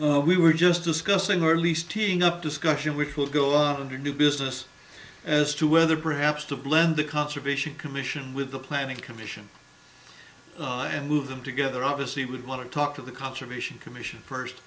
law we were just discussing or at least teeing up discussion which would go on under new business as to whether perhaps to blend the conservation commission with the planning commission and move them together obviously would want to talk to the conservation commission first